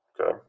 Okay